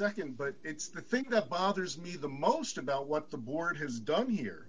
nd but it's the think that bothers me the most about what the board has done here